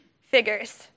figures